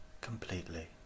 completely